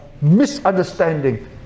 misunderstanding